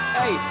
hey